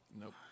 Nope